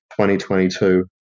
2022